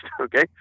okay